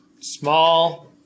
small